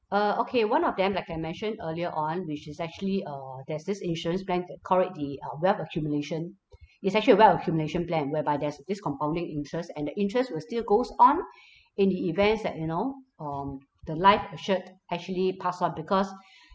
uh okay one of them like I mentioned earlier on which is actually uh there's this insurance plan that call it the uh wealth accumulation it's actually a wealth accumulation plan whereby there's this compounding interest and that interest will still goes on in the events that you know um the life assured actually pass on because